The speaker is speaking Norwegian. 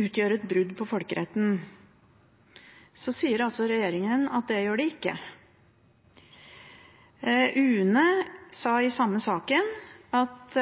utgjør et brudd på folkeretten, så sier regjeringen at det gjør det ikke. UNE sa i samme saken at